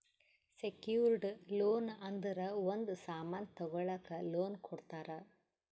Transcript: secured loan ಅಂದುರ್ ಒಂದ್ ಸಾಮನ್ ತಗೊಳಕ್ ಲೋನ್ ಕೊಡ್ತಾರ